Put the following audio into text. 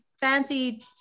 fancy